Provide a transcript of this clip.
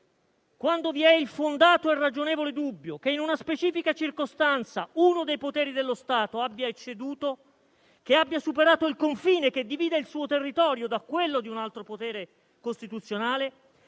Quando vi è il fondato e ragionevole dubbio che in una specifica circostanza uno dei poteri dello Stato abbia ecceduto, che abbia superato il confine che divide il suo territorio da quello di un altro potere costituzionale,